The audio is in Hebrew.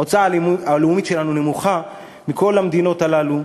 ההוצאה הלאומית שלנו נמוכה מאשר בכל המדינות האלה.